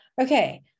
okay